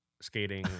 skating